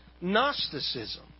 Gnosticism